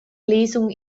lesung